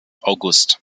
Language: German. august